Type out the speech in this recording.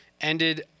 ended